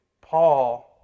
Paul